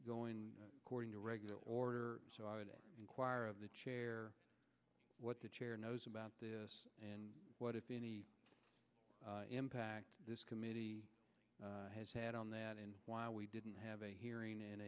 going according to regular order so i would inquire of the chair what the chair knows about this and what if any impact this committee has had on that and why we didn't have a hearing in